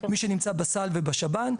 מי שנמצא בסל ובשב"ן,